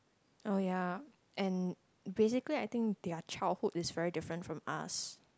oh ya and basically I think their childhood is very different from us